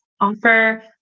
offer